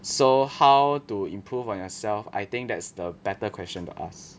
so how to improve on yourself I think that's the better question to ask